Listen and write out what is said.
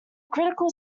critical